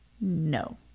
No